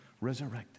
resurrected